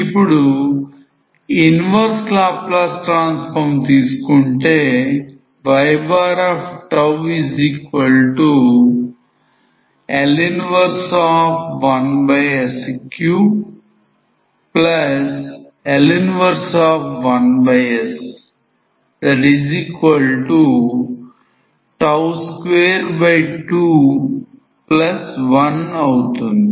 ఇప్పుడు inverse Laplace transform తీసుకుంటే yL 11s3L 11s221 అవుతుంది